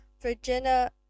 Virginia